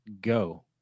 go